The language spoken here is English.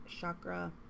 chakra